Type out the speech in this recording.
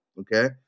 Okay